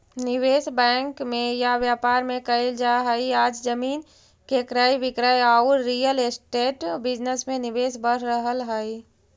निवेश बैंक में या व्यापार में कईल जा हई आज जमीन के क्रय विक्रय औउर रियल एस्टेट बिजनेस में निवेश बढ़ रहल हई